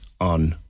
on